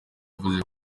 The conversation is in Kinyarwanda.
yavuze